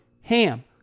HAM